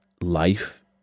life